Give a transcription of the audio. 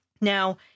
Now